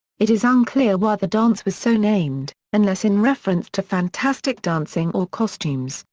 it is unclear why the dance was so named, unless in reference to fantastic dancing or costumes,